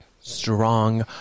strong